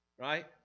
right